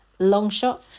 Longshot